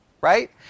Right